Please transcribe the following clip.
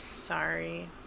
sorry